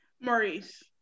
Maurice